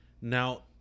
Now